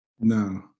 No